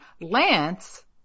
Lance